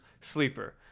Sleeper